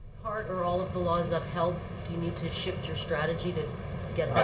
part or all of the law is upheld, do you need to shift your strategy to get